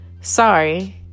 Sorry